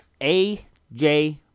AJ